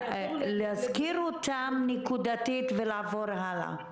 להזכיר אותם נקודתית ולעבור הלאה.